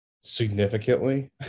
significantly